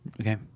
Okay